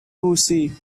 lucy